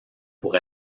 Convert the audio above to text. pour